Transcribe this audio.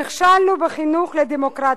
נכשלנו בחינוך לדמוקרטיה.